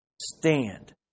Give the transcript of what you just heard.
Stand